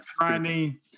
finding